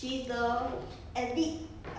because of the craving